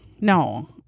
No